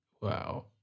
Wow